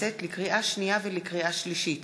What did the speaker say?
לקריאה שנייה ולקריאה שלישית: